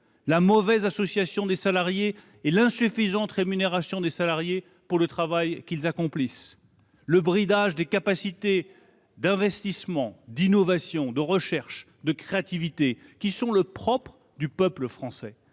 la mauvaise association des salariés et l'insuffisante rémunération des salariés pour le travail qu'ils accomplissent, le bridage des capacités d'investissement, d'innovation, de recherche et de créativité propres au peuple français.